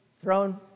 throne